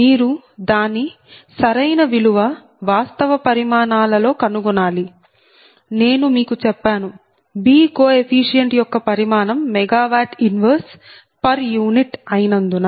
మీరు దాని సరైన విలువ వాస్తవ పరిమాణాలలో కనుగొనాలి నేను నీకు చెప్పాను B కోఎఫీషియెంట్ యొక్క పరిమాణం MW 1 పర్ యూనిట్ అయినందున